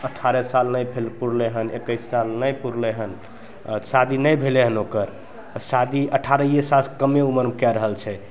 अठारह साल नहि भेल पुरलै हँ एकैस साल नहि पुरलै हँ शादी नहि भेलै हँ ओकर शादी अठारह सालसे कमे उमरिमे कै रहल छै